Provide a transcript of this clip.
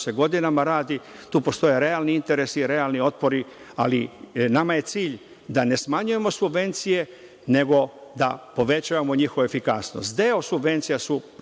se godinama radi. Tu postoje realni interesi, realni otpori, ali nama je cilj da ne smanjujemo subvencije, nego da povećavamo njihovu efikasnost. Deo subvencija su